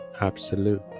absolute